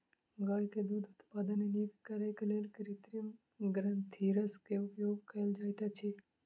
गाय के दूध उत्पादन नीक करैक लेल कृत्रिम ग्रंथिरस के उपयोग कयल जाइत अछि